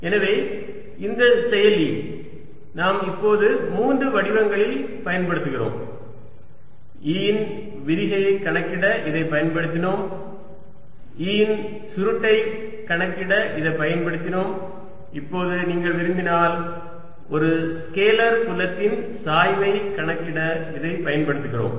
எனவே இந்த செயலி நாம் இப்போது மூன்று வடிவங்களில் பயன்படுத்துகிறோம் E இன் விரிகையைக் கணக்கிட இதைப் பயன்படுத்தினோம் E இன் சுருட்டைக் கணக்கிட இதைப் பயன்படுத்தினோம் இப்போது நீங்கள் விரும்பினால் ஒரு ஸ்கேலார் புலத்தின் சாய்வைக் கணக்கிட இதைப் பயன்படுத்துகிறோம்